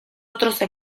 otros